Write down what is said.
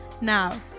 Now